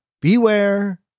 Beware